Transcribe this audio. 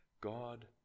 God